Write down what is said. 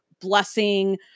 blessing